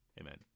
Amen